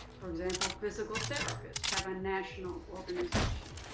for example, physical therapists have a national organization.